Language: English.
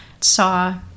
saw